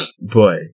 boy